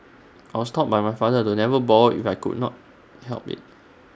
I was taught by my father to never borrow if I could not help IT